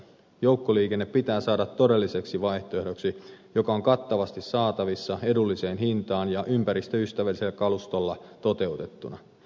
joukkoliikenne pitää saada todelliseksi vaihtoehdoksi joka on kattavasti saatavissa edulliseen hintaan ja ympäristöystävällisellä kalustolla toteutettuna